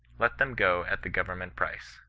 let them go at the government price